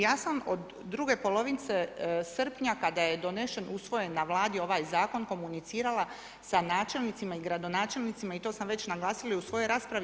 Ja sam od druge polovice srpnja kada je donesen, usvojen na Vladi ovaj zakon komunicirala sa načelnicima i gradonačelnicima i to sam već naglasila u svojoj raspravi.